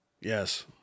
Yes